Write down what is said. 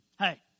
Hey